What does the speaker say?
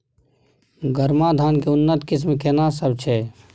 गरमा धान के उन्नत किस्म केना सब छै?